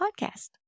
podcast